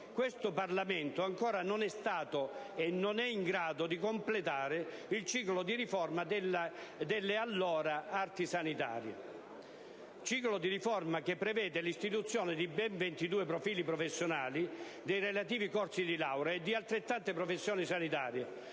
questo Parlamento ancora non è stato e non è in grado di completare il ciclo di riforma delle allora «arti sanitarie». Ciclo di riforma che prevede l'istituzione di ben 22 profili professionali, dei relativi corsi di laurea e di altrettante professioni sanitarie